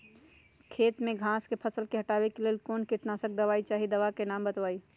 खेत में घास के फसल से हटावे के लेल कौन किटनाशक दवाई चाहि दवा का नाम बताआई?